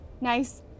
Nice